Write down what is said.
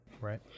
right